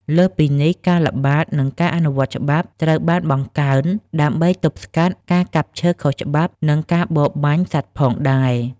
លើសពីនេះ ការល្បាត និងការអនុវត្តច្បាប់ ត្រូវបានបង្កើនដើម្បីទប់ស្កាត់ការកាប់ឈើខុសច្បាប់ និងការបរបាញ់សត្វផងដែរ។